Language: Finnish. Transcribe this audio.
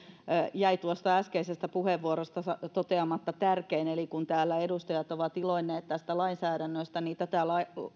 jäi tuossa äskeisessä puheenvuorossa toteamatta tärkein eli kun täällä edustajat ovat iloinneet tästä lainsäädännöstä niin tätä